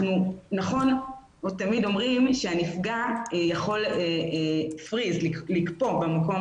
תמיד אומרים שהנפגע יכול לקפוא במקום,